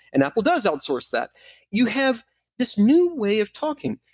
and apple does outsource that you have this new way of talking.